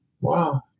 Wow